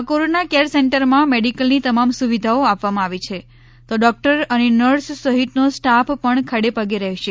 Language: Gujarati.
આ કોરોના કેર સેન્ટરમાં મેડીકલની તમામ સુવિધાઓ આપવામાં આવી છે તો ડોક્ટર અને નર્સ સહિતનો સ્ટાફ પણ ખડેપગે રહેશે